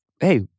hey